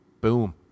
Boom